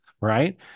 right